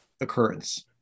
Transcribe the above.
occurrence